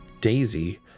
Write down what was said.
Daisy